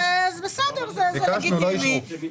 --- אז בסדר, זה לגיטימי.